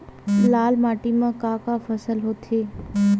लाल माटी म का का फसल होथे?